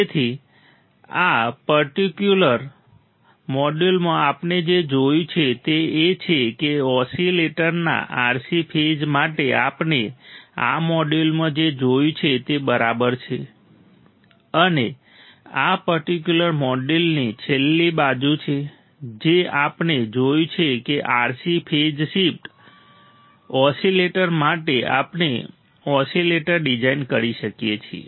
તેથી આ પર્ટિક્યુલર મોડ્યુલમાં આપણે જે જોયું છે તે એ છે કે ઓસીલેટરના RC ફેઝ માટે આપણે આ મોડ્યુલમાં જે જોયું છે તે બરાબર છે અને આ પર્ટિક્યુલર મોડ્યુલની છેલ્લી બાજુ છે જે આપણે જોયું છે કે RC ફેઝ શિફ્ટ ઓસિલેટર માટે આપણે ઓસિલેટર ડિઝાઇન કરી શકીએ છીએ